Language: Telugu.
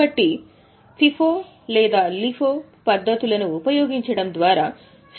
కాబట్టి FIFO లేదా LIFO పద్ధతులను ఉపయోగించడం ద్వారా స్టాక్ విలువ లో మార్పులు వస్తాయి